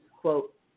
quote